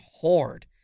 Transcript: hard